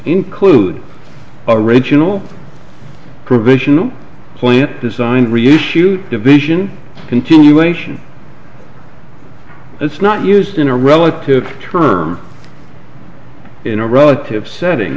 include original provisional plant design reissued division continuation it's not used in a relative term in a relative setting